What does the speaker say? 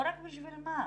לא רק בשביל מה?